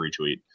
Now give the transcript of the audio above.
retweet